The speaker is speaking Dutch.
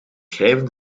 schrijven